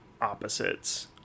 opposites